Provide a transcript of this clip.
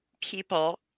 people